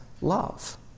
love